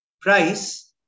price